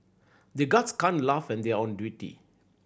the guards can't laugh when they are on duty